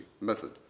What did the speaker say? method